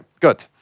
good